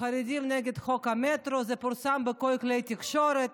חרדים נגד חוק המטרו, זה פורסם בכל כלי התקשורת.